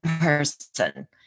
person